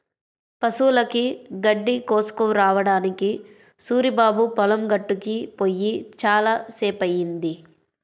పశువులకి గడ్డి కోసుకురావడానికి సూరిబాబు పొలం గట్టుకి పొయ్యి చాలా సేపయ్యింది